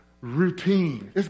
routine